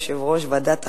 יושב-ראש ועדת החינוך,